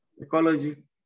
ecology